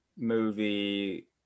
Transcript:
movie